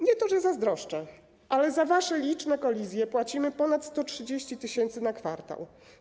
Nie to, że zazdroszczę, ale za wasze liczne kolizje płacimy ponad 130 tys. zł na kwartał.